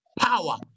power